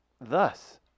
thus